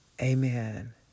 Amen